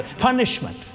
punishment